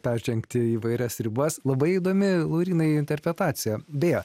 peržengti įvairias ribas labai įdomi laurynai interpretacija beje